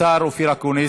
השר אופיר אקוניס,